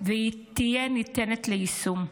ותהיה ניתנת ליישום.